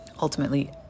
ultimately